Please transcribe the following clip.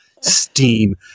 steam